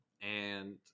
and-